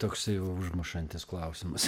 toksai užmušantis klausimas